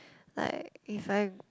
like if I am